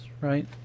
right